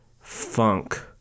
funk